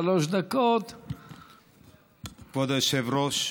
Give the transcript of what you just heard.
כבוד היושב-ראש,